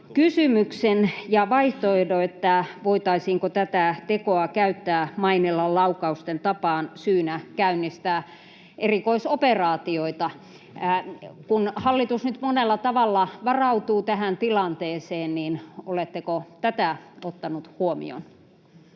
kysymyksen ja vaihtoehdon, että voitaisiinko tätä tekoa käyttää Mainilan laukausten tapaan syynä käynnistää erikoisoperaatioita. Kun hallitus nyt monella tavalla varautuu tähän tilanteeseen, niin oletteko ottaneet tätä huomioon?